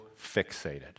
fixated